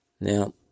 Now